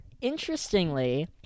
Interestingly